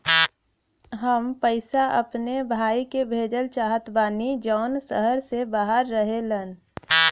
हम पैसा अपने भाई के भेजल चाहत बानी जौन शहर से बाहर रहेलन